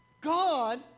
God